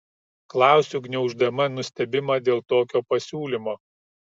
klausiu gniauždama nustebimą dėl tokio pasiūlymo